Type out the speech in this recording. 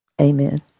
Amen